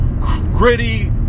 gritty